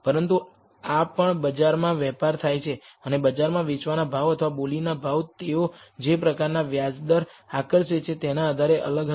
પરંતુ આ પણ બજારમાં વેપાર થાય છે અને બજારમાં વેચવાના ભાવ અથવા બોલીના ભાવ તેઓ જે પ્રકારનાં વ્યાજ દર આકર્ષે છે તેના આધારે અલગ હશે